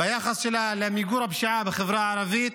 ביחס שלה למיגור הפשיעה בחברה הערבית,